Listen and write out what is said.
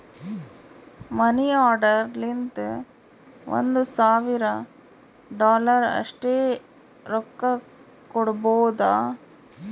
ಮನಿ order ಲಿಂತ ಒಂದ್ ಸಾವಿರ ಡಾಲರ್ ಅಷ್ಟೇ ರೊಕ್ಕಾ ಕೊಡ್ಬೋದ